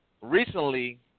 Recently